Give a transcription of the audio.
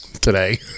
today